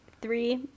Three